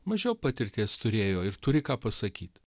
mažiau patirties turėjo ir turi ką pasakyt